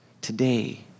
Today